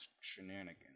shenanigans